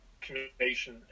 communication